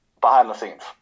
behind-the-scenes